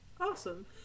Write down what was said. Awesome